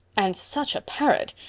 and such a parrot!